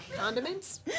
condiments